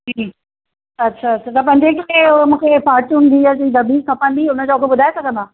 जी अच्छा अच्छा त पंजे किले जो मूंखे फॉरचून गिह जी दॿी खपंदी हुई हुन जो अघु ॿुधाए सघंदा